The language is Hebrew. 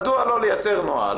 מדוע לא לייצר נוהל